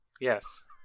yes